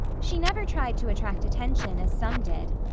she never tried to attract attention, as some did.